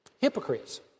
hypocrites